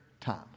time